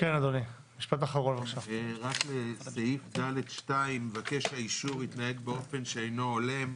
לגבי סעיף (ד)(2): מבקש האישור התנהג באופן שאינו הולם.